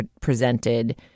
presented